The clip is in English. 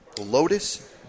Lotus